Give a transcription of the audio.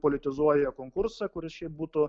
politizuoja konkursą kuris šiaip būtų